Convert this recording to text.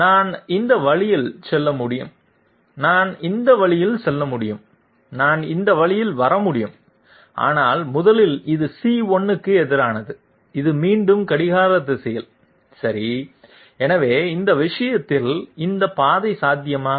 நான் இந்த வழியில் செல்ல முடியும் நான் இந்த வழியில் செல்ல முடியும் நான் இந்த வழியில் வர முடியும் ஆனால் முதலில் இது சி 1 க்கு எதிரானது இது மீண்டும் கடிகார திசையில் சரி எனவே அந்த விஷயத்தில் இந்த பாதை சாத்தியமா